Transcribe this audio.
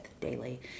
daily